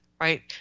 Right